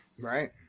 Right